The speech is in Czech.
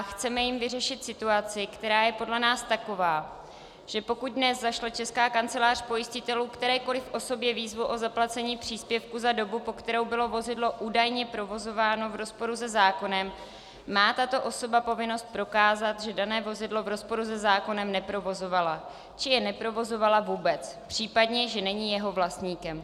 Chceme jím vyřešit situaci, která je podle nás taková, že pokud dnes zašle Česká kancelář pojistitelů kterékoliv osobě výzvu o zaplacení příspěvku za dobu, po kterou bylo vozidlo údajně provozováno, v rozporu se zákonem, má tato osoba povinnost prokázat, že dané vozidlo v rozporu se zákonem neprovozovala, či jej neprovozovala vůbec, případně že není jeho vlastníkem.